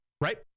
Right